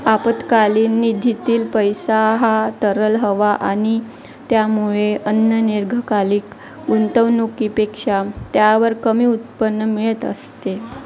आपत्कालीन निधीतील पैसा हा तरल हवा आणि त्यामुळे अन्य दीर्घकालीक गुंतवणुकीपेक्षा त्यावर कमी उत्पन्न मिळत असते